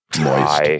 Moist